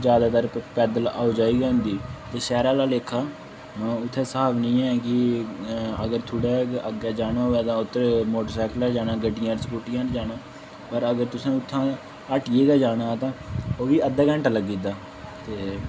जैदातर पैदल आओ जाई गै होंदी ते शैह् रै आह्ला लेखा उत्थै स्हाब निं ऐ कि अगर थोह्ड़े अग्गें जाना होऐ तां उत्थै मोटरसैकलै उप्पर जाना गड्डियें स्कूटियें उप्पर जाना अगर तुसें उत्थै दा हट्टिये ई गै जाना तां ओह् बी अद्धा घैंटा लग्गी जंदा ते